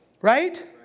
right